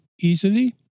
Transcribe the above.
easily